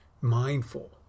mindful